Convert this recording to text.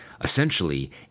Essentially